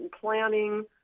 planning